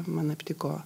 man aptiko